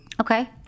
Okay